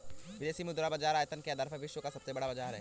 विदेशी मुद्रा बाजार आयतन के आधार पर विश्व का सबसे बड़ा बाज़ार है